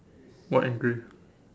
white and grey